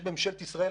יש בממשלת ישראל